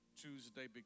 Tuesday